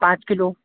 पाँच किलो